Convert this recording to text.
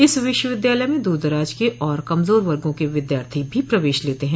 इस विश्व विद्यालय में दूरदराज के और कमजोर वगों के विद्यार्थी भी प्रवेश लेते हैं